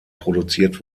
produziert